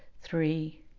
three